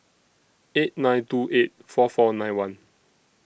eight nine two eight four four nine one